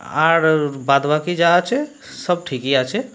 আর বাদ বাকি যা আছে সব ঠিকই আছে